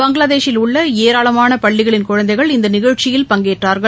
பங்களாதேஷில் உள்ள ஏராளமான பள்ளிகளின் குழந்தைகள் இந்த நிகழ்ச்சியில் பங்கேற்றார்கள்